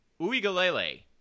Uigalele